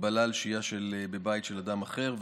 הגבלה על שהייה בבית של אדם אחר,